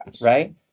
right